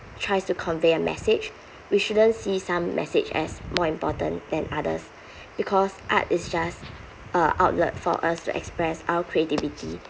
tries to convey a message we shouldn't see some message as more important than others because art is just a outlet for us to express our creativity